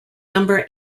number